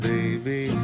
Baby